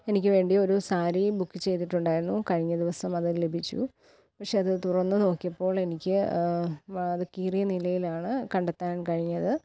എനിക്ക് വേണ്ടിയൊരു സാരി ബുക്ക് ചെയ്തിട്ടുണ്ടായിരുന്നു കഴിഞ്ഞ ദിവസം അതു ലഭിച്ചു പക്ഷേ അത് തുറന്നു നോക്കിയപ്പോൾ എനിക്ക് അത് കീറിയ നിലയിലാണ് കണ്ടെത്താൻ കഴിഞ്ഞത്